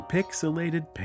Pixelated